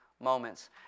Moments